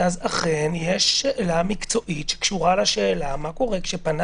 אז אכן יש שאלה מקצועית שקשורה לשאלה מה קורה כשפנה